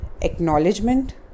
acknowledgement